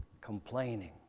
complaining